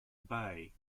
bay